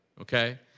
okay